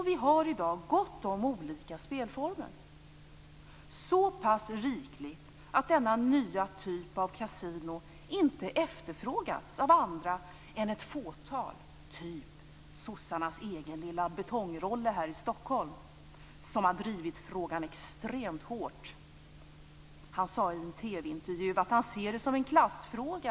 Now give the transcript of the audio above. Vi har i dag gott om olika spelformer, så pass rikligt att denna nya typ av kasino inte efterfrågats av andra än ett fåtal, typ sossarnas egen lilla Betong-Rolle här i Stockholm som har drivit frågan extremt hårt. Han sade i en TV-intervju att han ser det som en klassfråga.